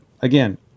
Again